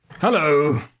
Hello